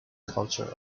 culture